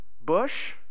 bush